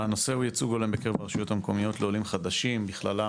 הנושא הוא ייצוג הולם ברשויות המקומיות בקרב עולים חדשים ובכללם,